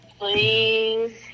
Please